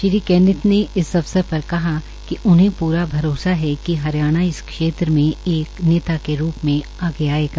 Shri Kenneth ने इस अवसर पर कहा कि उन्हे प्रा भरोसा है कि हरियाणा इस क्षेत्र में एक नेता के रूप में आगे आयेगा